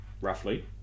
roughly